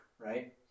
right